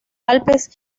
alpes